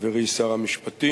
חברי שר המשפטים,